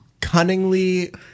cunningly